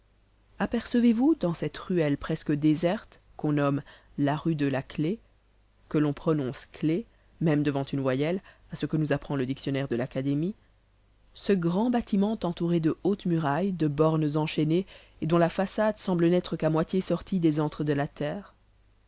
apercevez vous dans cette ruelle presque déserte qu'on nomme la rue de la clef que l'on prononce clé même devant une voyelle à ce que nous apprend le dictionnaire de l'académie ce grand bâtiment entouré de hautes murailles de bornes enchaînées et dont la façade semble n'être qu'à moitié sortie des antres de la terre